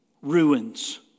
Ruins